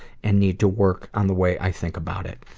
and need to work on the way i think about it.